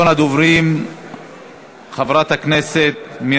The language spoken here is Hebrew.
לימוד), התשע"ג 2013, להצעה